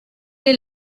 les